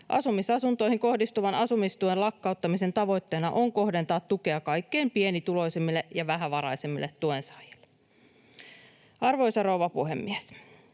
Asumisasuntoihin kohdistuvan asumistuen lakkauttamisen tavoitteena on kohdentaa tukea kaikkein pienituloisimmille ja vähävaraisimmille tuensaajille. Arvoisa rouva puhemies!